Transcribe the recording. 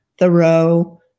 Thoreau